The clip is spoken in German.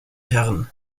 herren